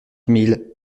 mille